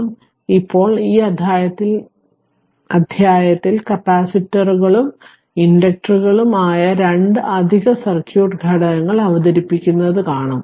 ഇപ്പോൾ ഇപ്പോൾ ഈ അധ്യായത്തിൽ കപ്പാസിറ്ററുകളും ഇൻഡക്ടറുകളും ആയ രണ്ട് അധിക സർക്യൂട്ട് ഘടകങ്ങൾ അവതരിപ്പിക്കുന്നത് കാണും